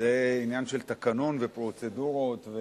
זה עניין של תקנון ופרוצדורות,